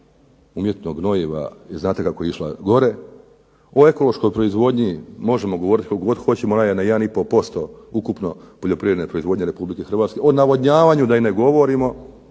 umjetnog gnojiva je znate kako je išla gore. O ekološkoj proizvodnji možemo govoriti koliko god hoćemo. Ona je na jedan i pol posto ukupno poljoprivredne proizvodnje Republike Hrvatske. O navodnjavanju da i ne govorimo